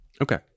Okay